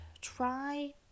try